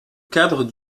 cadre